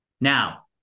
Now